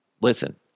Listen